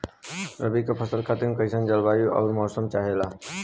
रबी क फसल खातिर कइसन जलवाय अउर मौसम चाहेला?